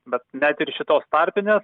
bet net ir šitos tarpinės